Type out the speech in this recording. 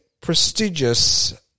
prestigious